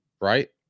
right